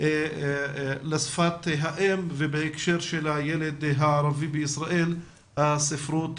לשפת האם ובהקשר של הילד הערבי בישראל הספרות